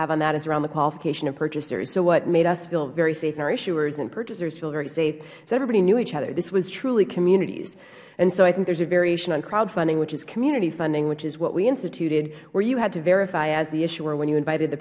have on that's around the qualification of purchasers so what made us feel very safe in our issuers and purchasers is that everybody knew each other this was truly communities and so i think there is a variation on crowdfunding which is community funding which is what we instituted where you had to verify as the issuer when you invited the